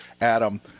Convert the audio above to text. Adam